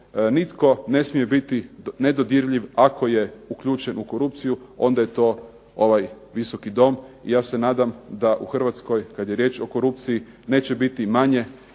nitko ne smije biti nedodirljiv ako je uključen u korupciju, onda je to ovaj Visoki dom. Ja se nadam da u Hrvatskoj kada je riječ o korupciji neće biti manje,